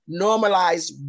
normalize